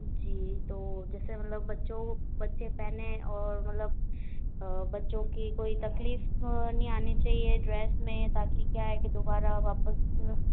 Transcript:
जी तो जैसे मतलब बच्चो को बच्चे पहने और मतलब बच्चों की कोई तकलीफ नी आनी चाहिए ड्रेस में ताकि क्या है कि दोबारा वापस